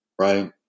Right